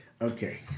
Okay